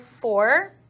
four